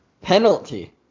Penalty